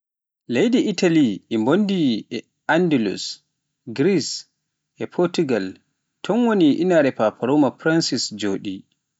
Leydi Itali e bonndi e Anndulus, Greece, e Pootigal, ton woni inaare Paaparooma Francis jooɗii.